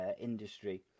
industry